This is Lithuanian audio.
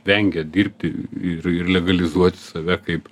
vengia dirbti ir ir legalizuoti save kaip